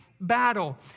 battle